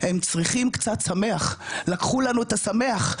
הם צריכים קצת שמח, לקחו לנו את השמח.